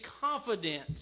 confident